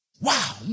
Wow